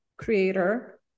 creator